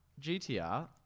GTR